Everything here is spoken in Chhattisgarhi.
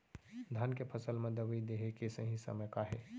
धान के फसल मा दवई देहे के सही समय का हे?